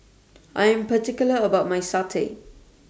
I Am particular about My Satay